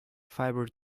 fibre